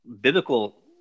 biblical